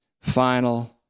final